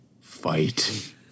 fight